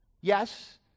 yes